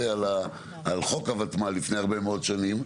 על חוק הוותמ"ל לפני הרבה מאוד נשים,